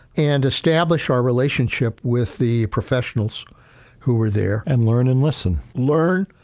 and establish our relationship with the professionals who were there. and learn and listen. learn,